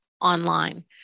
online